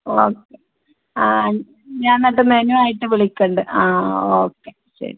okay ആ ഞാനെന്നിട്ട് മെനുവായിട്ട് വിളിക്കണ്ണ്ട് ആ ഓക്കെ ശരി